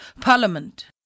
Parliament